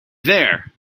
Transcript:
there